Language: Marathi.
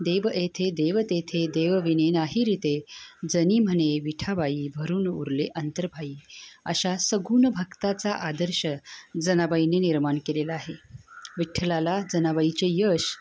देव एथे देव तेथे देवविने नाही रीते जनी म्हणे विठाबाई भरून उरले अंतरबाई अशा सगुण भक्ताचा आदर्श जनाबाईने निर्माण केलेला आहे विठ्ठलाला जनाबाईचे यश